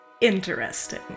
interesting